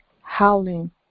howling